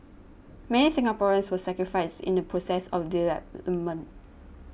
many Singaporeans were sacrificed in the process of development